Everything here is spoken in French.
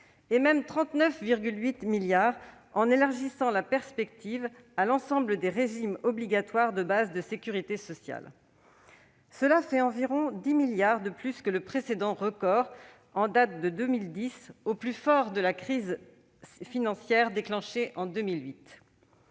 et même 39,8 milliards d'euros si on l'élargit à l'ensemble des régimes obligatoires de base de la sécurité sociale. Cela fait environ 10 milliards d'euros de plus que le précédent record, qui datait de 2010, au plus fort de la crise financière entamée en 2008.